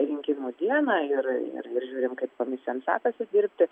rinkimų dieną ir ir žiūrim kaip komisijom sekasi dirbti